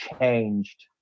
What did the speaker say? changed